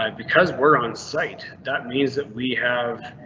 and because we're on site, that means that we have.